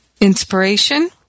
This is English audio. inspiration